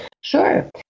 Sure